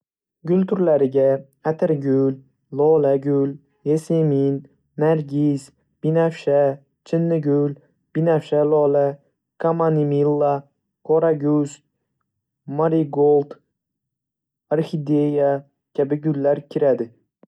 Gul turlariga: Atirgul, lolagul, yasemin, nargis, binafsha, chinnigul, binafsha lola, kamomilla, qoraguz, marigold, orxideya kabi gullar kiradi.